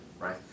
right